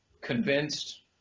convinced